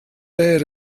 aid